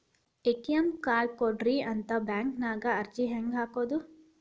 ATM card ಕೊಡ್ರಿ ಅಂತ bank ನ್ಯಾಗ ಅರ್ಜಿ ಹೆಂಗ ಹಾಕೋದು?